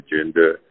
agenda